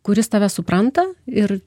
kuris tave supranta ir